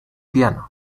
piano